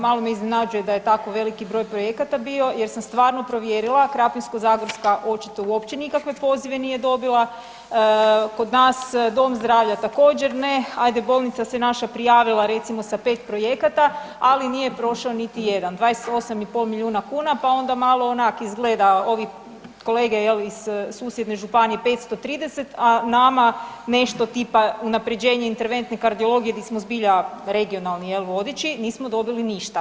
Malo me iznenađuje da je tako veliki broj projekata bio jer sam stvarno provjerila, Krapinsko-zagorska očito uopće nikakve pozive nije dobila, kod nad dom zdravlja također ne, ajde bolnica se naša prijavila recimo sa 5 projekata, ali nije prošao niti jedan, 28,5 milijuna kuna pa onda malo onak izgleda, ovi kolege jel iz susjedne županije 530, a nama nešto tipa unapređenje tipa interventne kardiologije gdje smo zbilja regionalni jel vodeći, nismo dobili ništa.